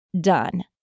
done